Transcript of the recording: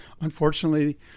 unfortunately